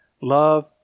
Love